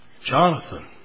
Jonathan